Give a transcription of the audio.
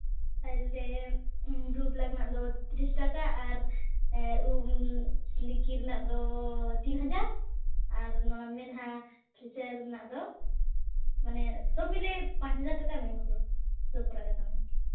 ᱛᱟᱦᱚᱞᱮ ᱵᱨᱩ ᱯᱞᱟᱜᱽ ᱨᱮᱱᱟᱜ ᱫᱚ ᱛᱤᱨᱤᱥ ᱴᱟᱠᱟ ᱟᱨ ᱩᱵ ᱥᱤᱞᱠᱤ ᱨᱮᱱᱟᱜ ᱫᱚ ᱛᱤᱱ ᱦᱟᱡᱟᱨ ᱟᱨ ᱱᱚᱣᱟ ᱢᱮᱫᱦᱟ ᱯᱷᱮᱥᱤᱭᱟᱞ ᱨᱮᱱᱟᱜ ᱫᱚ ᱢᱟᱱᱮ ᱥᱚᱵ ᱢᱤᱞᱮ ᱯᱟᱸᱪ ᱦᱟᱡᱟᱨ ᱴᱟᱠᱟ ᱮᱢᱟᱹᱧ ᱢᱮᱥᱮ ᱥᱚᱵ ᱠᱚᱨᱟᱣ ᱠᱟᱛᱟᱢᱟᱹᱧ